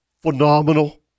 Phenomenal